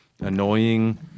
annoying